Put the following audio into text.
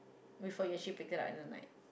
before you actually pick it up in the night